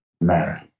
matter